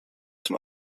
zum